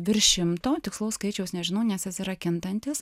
virš šimto tikslaus skaičiaus nežinau nes jis yra kintantis